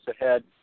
ahead